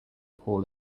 poor